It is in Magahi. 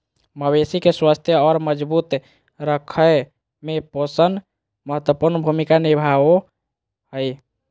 मवेशी के स्वस्थ और मजबूत रखय में पोषण महत्वपूर्ण भूमिका निभाबो हइ